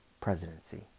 presidency